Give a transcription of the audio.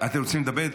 אתם רוצים לדבר?